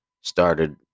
started